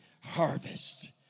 harvest